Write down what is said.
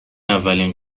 اولین